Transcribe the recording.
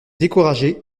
découragé